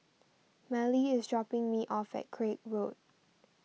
Mallie is dropping me off at Craig Road